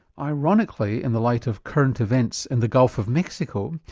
ironically in the light of current events in the gulf of mexico,